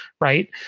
right